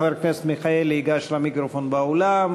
חבר הכנסת מיכאלי ייגש למיקרופון באולם,